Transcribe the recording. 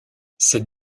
cette